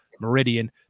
Meridian